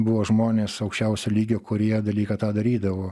buvo žmonės aukščiausio lygio kurie dalyką tą darydavo